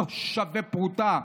לא שווה פרוטה.